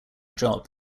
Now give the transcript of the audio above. job